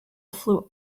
flew